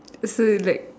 so it's like